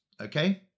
okay